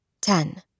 Ten